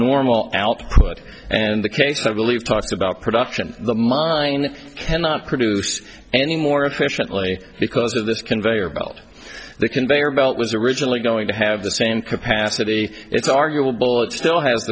normal output and the case i believe talks about production the mine cannot produce any more efficiently because of this conveyor belt the conveyor belt was originally going to have the same capacity it's arguable it still ha